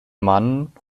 mann